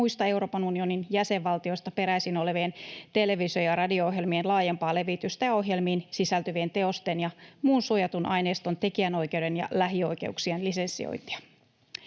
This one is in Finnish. muista Euroopan unionin jäsenvaltiosta peräisin olevien televisio- ja radio-ohjelmien laajempaa levitystä ja ohjelmiin sisältyvien teosten ja muun suojatun aineiston tekijänoikeuden ja lähioikeuksien lisensiointia.